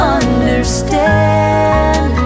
understand